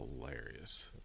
hilarious